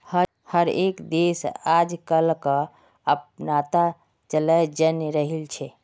हर एक देश आजकलक अपनाता चलयें जन्य रहिल छे